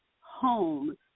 home